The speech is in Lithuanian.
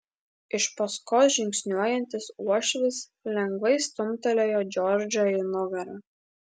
iš paskos žingsniuojantis uošvis lengvai stumtelėjo džordžą į nugarą